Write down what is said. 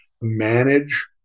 manage